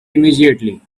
immediately